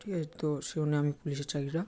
ঠিক আছে তো সেওন্য আমি পুলিশের চাকরিটা